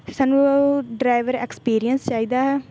ਸਾਨੂੰ driver experience ਚਾਹੀਦਾ ਹੈ